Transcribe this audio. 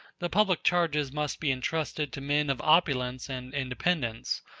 the public charges must be entrusted to men of opulence and independence,